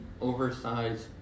oversized